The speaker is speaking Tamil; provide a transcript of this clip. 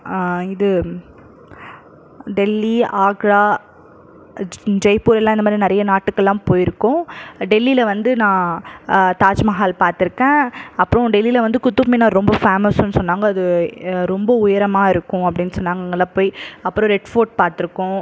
இது டெல்லி ஆக்ரா ஜெ ஜெய்ப்பூரெல்லாம் இந்த மாதிரி நிறைய நாட்டுக்கெல்லாம் போயிருக்கோம் டெல்லியில் வந்து நான் தாஜ்மஹால் பார்த்துருக்கேன் அப்புறோம் டெல்லியில் வந்து குதுப் மினார் ரொம்ப ஃபேமஸுன்னு சொன்னாங்க அது ரொம்ப உயரமாக இருக்கும் அப்படின்னு சொன்னாங்க அங்கெல்லாம் போய் அப்புறம் ரெட்ஃபோர்ட் பார்த்துருக்கோம்